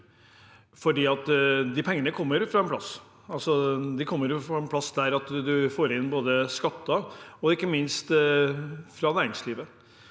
de pengene kommer fra en plass. Man får dem inn gjennom skatter og ikke minst fra næringslivet.